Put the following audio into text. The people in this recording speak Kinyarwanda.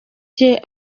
cye